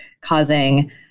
causing